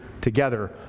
together